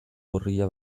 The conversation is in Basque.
urria